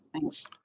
Thanks